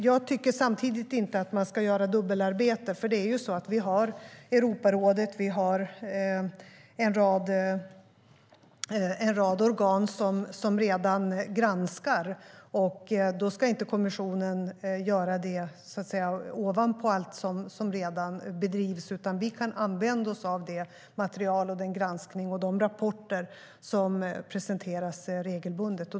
Jag tycker samtidigt inte att man ska göra dubbelarbete. Vi har nämligen Europarådet och en rad organ som redan granskar, och då ska inte kommissionen göra det ovanpå allt som redan bedrivs. Vi kan i stället använda oss av det material, den granskning och de rapporter som presenteras regelbundet.